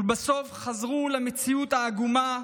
ולבסוף חזרו למציאות העגומה,